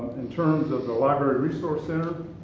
in terms of the library resource center,